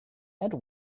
and